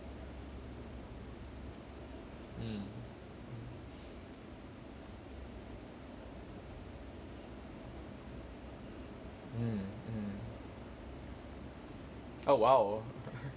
mm mm mm oh !wow!